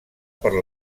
per